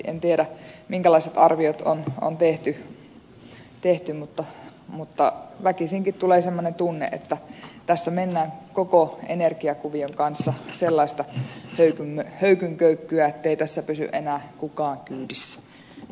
en tiedä minkälaiset arviot työllisyysvaikutuksista on tehty mutta väkisinkin tulee semmoinen tunne että tässä mennään koko energiakuvion kanssa sellaista höykynköykkyä ettei tässä pysy enää kukaan kyydissä